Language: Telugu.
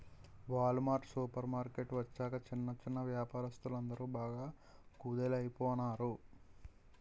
వాల్ మార్ట్ సూపర్ మార్కెట్టు వచ్చాక చిన్న చిన్నా వ్యాపారస్తులందరు బాగా కుదేలయిపోనారు